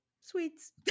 sweets